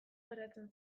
geratzen